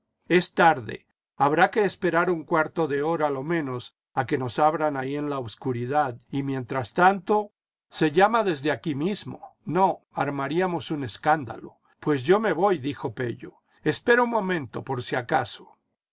es tarde habrá que esperar un cuarto de hora lo menos a que nos abran ahí en la obscuridad y mientras tanto se llama desde aquí mismo no armaríam os un escándalo pues yo me voy dijo pello espera un momento por si acaso